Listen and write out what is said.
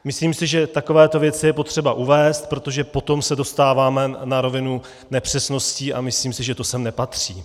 Myslím si, že takovéto věci je potřeba uvést, protože potom se dostáváme na rovinu nepřesností a myslím si, že to sem nepatří.